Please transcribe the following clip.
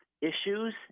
issues